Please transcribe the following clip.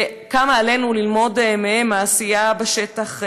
וכמה עלינו ללמוד מהם בעשייה בשטח שלנו.